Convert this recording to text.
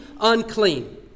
unclean